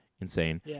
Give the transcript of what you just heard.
Insane